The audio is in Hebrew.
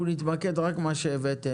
אנחנו נתמקד רק במה שהבאתם.